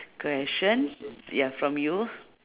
question ya from you